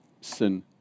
sin